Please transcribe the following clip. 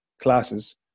classes